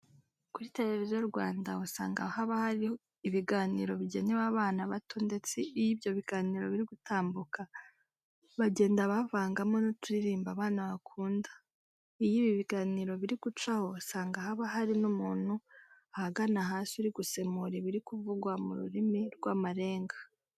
Kuri Televiziyo Rwanda usanga haba hari ibiganiro bigenewe abana bato ndetse iyo ibyo biganiro biri gutambuka bagenda bavangamo n'uturirimbo abana bakunda. Iyo ibi biganiro biri gucaho usanga haba hari n'umuntu ahagana hasi uri gusemura ibiri kuvugwa mu rurimi rw'amarenga.